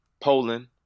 Poland